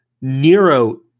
Nero